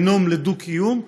יתרום ליציבות,